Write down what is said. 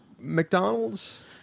McDonald's